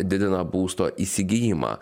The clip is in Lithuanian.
didina būsto įsigijimą